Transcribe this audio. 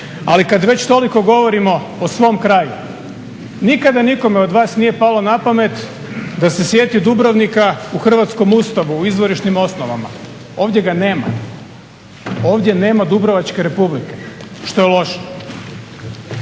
Ali kad već toliko govorimo o svom kraju nikada nikome od vas nije palo na pamet da se sjeti Dubrovnika u hrvatskom Ustavu u izvorišnim osnovama. Ovdje ga nema. Ovdje nema Dubrovačke Republike što je loše.